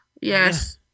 Yes